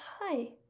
Hi